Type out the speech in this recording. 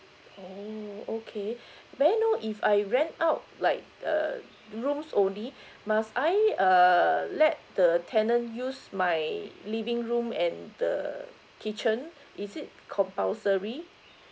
oh okay may I know if I rent out like the rooms only must I err let the tenant use my living room and the kitchen is it compulsory